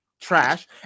trash